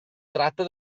tratta